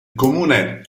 comune